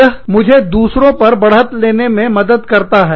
यह मुझे दूसरों पर बढ़त लेने में मदद करता है